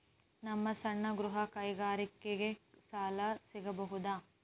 ನಮ್ಮ ಸಣ್ಣ ಗೃಹ ಕೈಗಾರಿಕೆಗೆ ಸಾಲ ಸಿಗಬಹುದಾ?